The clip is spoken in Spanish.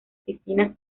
piscinas